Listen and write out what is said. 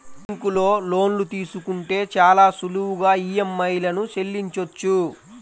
బ్యేంకులో లోన్లు తీసుకుంటే చాలా సులువుగా ఈఎంఐలను చెల్లించొచ్చు